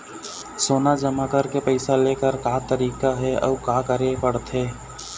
सोना जमा करके पैसा लेकर का तरीका हे अउ का करे पड़थे?